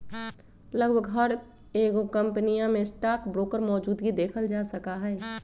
लगभग हर एगो कम्पनीया में स्टाक ब्रोकर मौजूदगी देखल जा सका हई